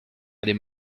aller